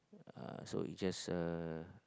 uh so it just a